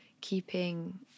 keeping